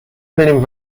بریم